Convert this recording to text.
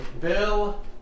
Bill